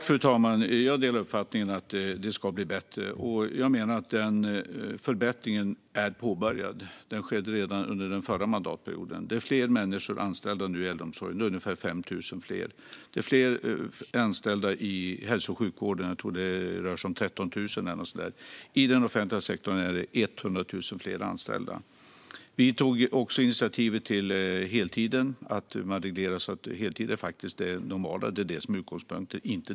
Fru talman! Jag delar uppfattningen att det ska bli bättre, och jag menar att förbättringen är påbörjad. Den skedde redan under den förra mandatperioden. Det är fler människor anställda nu i äldreomsorgen, ungefär 5 000 fler. Det är fler anställda i hälso och sjukvården - jag tror att det rör sig om 13 000. I den offentliga sektorn är det 100 000 fler anställda. Vi tog initiativ till att reglera så att heltid, inte deltid, ska vara det normala och utgångspunkten.